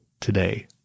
today